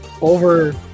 over